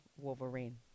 Wolverine